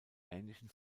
ähnlichen